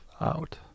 out